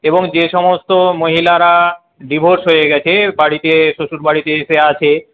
এবং যে সমস্ত মহিলারা ডিভোর্স হয়ে গেছে বাড়িতে শ্বশুর বাড়িতে এসে আছে